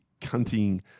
cunting